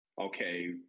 okay